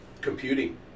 Computing